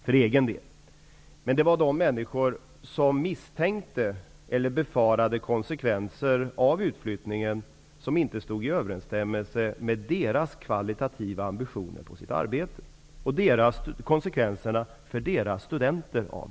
Men de som var bittra och ledsna var de människor som misstänkte eller befarade konsekvenser av utflyttningen, konsekvenser som inte stod i överesstämmelse med dessa människors kvalitativa ambitioner i deras arbete och som befarade konsekvenser för studenterna.